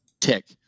tick